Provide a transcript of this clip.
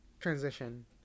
transition